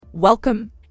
Welcome